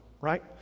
right